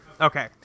Okay